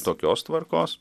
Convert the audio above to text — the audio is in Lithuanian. tokios tvarkos